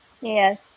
Yes